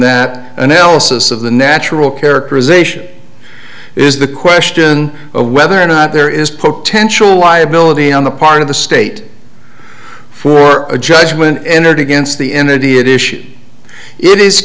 that analysis of the natural characterization is the question of whether or not there is potential liability on the part of the state for a judgment and against the